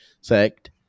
sect